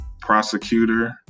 prosecutor